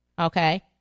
Okay